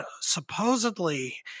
supposedly